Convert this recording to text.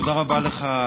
תודה רבה לך,